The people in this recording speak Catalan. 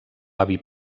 avi